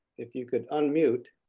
if you could unmute.